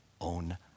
own